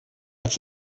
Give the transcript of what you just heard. als